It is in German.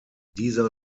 dieser